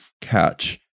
catch